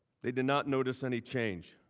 they did not notice any change.